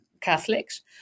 Catholics